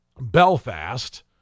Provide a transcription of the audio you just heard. Belfast